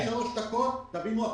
תנו לי שלוש דקות ותבינו הכול.